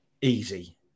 easy